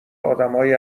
آدمهای